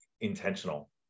intentional